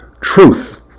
Truth